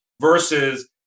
versus